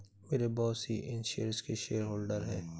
मेरे बॉस ही इन शेयर्स के शेयरहोल्डर हैं